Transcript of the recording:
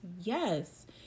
Yes